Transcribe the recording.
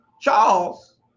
Charles